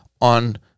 on